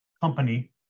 company